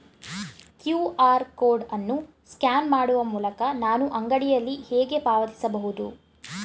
QR code ಅನ್ನು scan ಮಾಡುವ ಮೂಲಕ ನಾನು ಅಂಗಡಿಯಲ್ಲಿ ಹೇಗೆ ಪಾವತಿಸಬಹುದು?